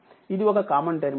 ఇది ఒక common terminal